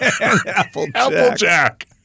Applejack